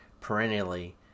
perennially